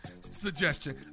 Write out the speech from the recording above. suggestion